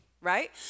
right